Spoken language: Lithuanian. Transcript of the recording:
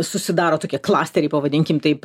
susidaro tokie klasteriai pavadinkim taip